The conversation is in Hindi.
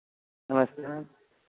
नमस्ते मैम